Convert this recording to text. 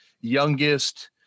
youngest